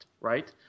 right